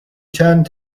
turned